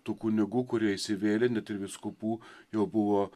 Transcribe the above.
tų kunigų kurie įsivėlė ne tik vyskupų jau buvo